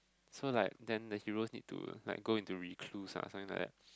so like then the heros need to like go and to rescue something like that